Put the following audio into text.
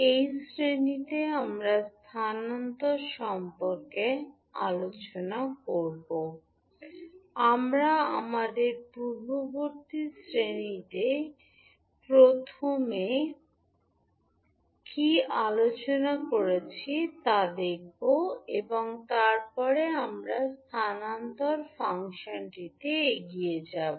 এই শ্রেণিতে আমরা স্থানান্তর ফাংশন সম্পর্কে আলোচনা করব এবং আমরা আমাদের পূর্ববর্তী শ্রেণিতে প্রথমে কী আলোচনা করেছি তা দেখব এবং তারপরে আমরা স্থানান্তর ফাংশনটিতে এগিয়ে যাব